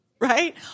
right